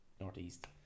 Northeast